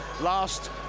Last